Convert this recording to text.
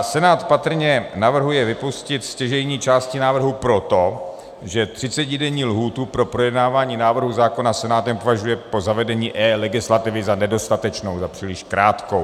Senát patrně navrhuje vypustit stěžejní části návrhu proto, že třicetidenní lhůtu pro projednávání návrhu zákona Senátem považuje po zavedení eLegislativy za nedostatečnou, za příliš krátkou.